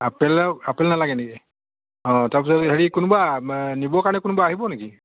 apple apple নালাগে নেকি অঁ তাৰপিছত হেৰি কোনোবা নিবৰ কাৰণে কোনোবা আহিব নেকি